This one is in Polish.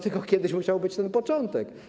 Tylko kiedyś musiał być ten początek.